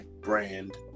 brand